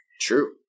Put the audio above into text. True